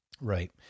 Right